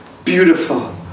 Beautiful